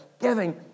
Giving